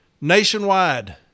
nationwide